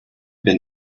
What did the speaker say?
been